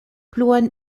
pluan